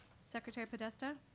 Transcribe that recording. secretary podesta?